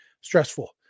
stressful